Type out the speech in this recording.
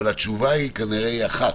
אבל התשובה היא כנראה אחת: